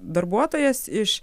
darbuotojas iš